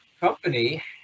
company